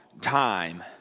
time